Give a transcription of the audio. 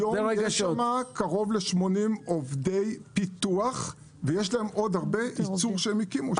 היום יש שם קרוב ל-80 עובדי פיתוח ויש להם עוד הרבה ייצור שהם הקימו שם.